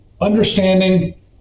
understanding